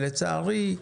ולצערי,